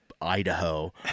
idaho